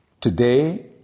Today